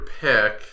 pick